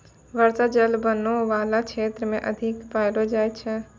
बर्षा जल बनो बाला क्षेत्र म अधिक पैलो जाय छै